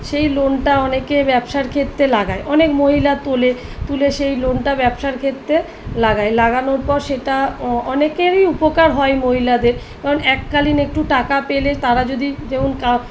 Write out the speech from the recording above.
সেই লোনটা অনেকে ব্যবসার ক্ষেত্রে লাগায় অনেক মহিলা তোলে তুলে সেই লোনটা ব্যবসার ক্ষেত্রে লাগায় লাগানোর পর সেটা অনেকেরই উপকার হয় মহিলাদের কারণ এককালীন একটু টাকা পেলে তারা যদি যেমন কা